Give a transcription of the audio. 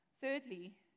Thirdly